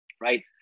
right